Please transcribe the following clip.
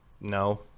no